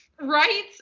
Right